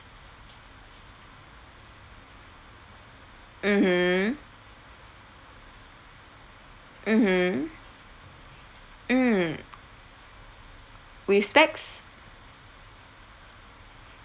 mmhmm mmhmm mm with specs